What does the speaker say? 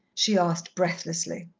she asked breathlessly.